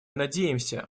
надеемся